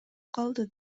калды